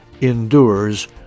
endures